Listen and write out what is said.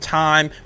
time